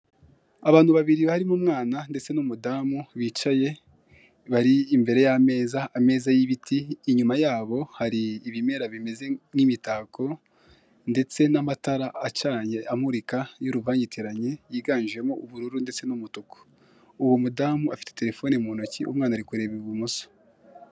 Abantu babiri harimo umwana ndetse n'umudamu bicaye, bari imbere y'ameza, ameza y'ibiti, inyuma yabo hari ibimera bimeze nk'imitako ndetse n'amatara acanye amurika y'uruvangitirane yiganjemo ubururu ndetse n'umutuku, uwo mudamu afite telefone mu ntoki, umwana ari kureba ibumoso.